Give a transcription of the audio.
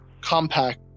compact